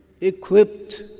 equipped